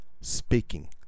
speaking